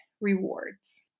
rewards